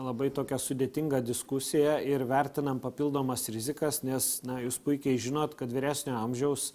labai tokią sudėtingą diskusiją ir vertinam papildomas rizikas nes na jūs puikiai žinot kad vyresnio amžiaus